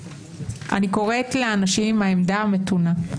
אני קוראת לאנשים עם העמדה המתונה,